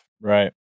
Right